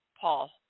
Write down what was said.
Paul